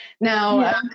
Now